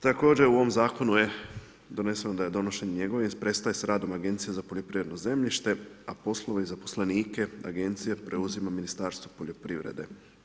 Također u ovom zakonu je doneseno da je donošenjem … prestaje sa radom Agencija za poljoprivredno zemljište, a poslove i zaposlenike agencije preuzima Ministarstvo poljoprivrede.